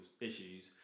issues